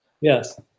Yes